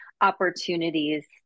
opportunities